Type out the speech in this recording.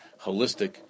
holistic